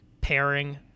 pairing